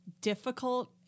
difficult